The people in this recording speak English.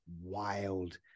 wild